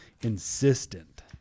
Insistent